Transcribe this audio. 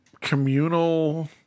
communal